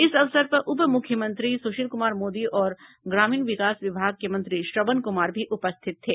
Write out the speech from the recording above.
इस अवसर पर उप मुख्यमंत्री सुशील कुमार मोदी और ग्रामीण विकास विभाग के मंत्री श्रवण कुमार भी उपस्थित थे